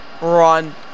Run